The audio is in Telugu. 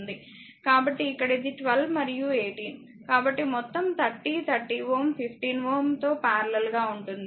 కాబట్టి ఇక్కడ ఇది 12 మరియు 18 కాబట్టి మొత్తం 3030Ω 15 Ω తో పారలెల్ గా ఉంటుంది